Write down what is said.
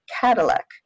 Cadillac